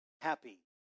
happy